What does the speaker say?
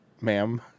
ma'am